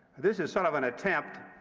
this is sort of an attempt,